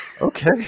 Okay